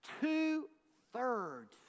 two-thirds